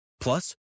Plus